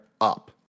up